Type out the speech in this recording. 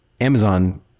Amazon